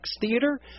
theater